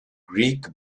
greek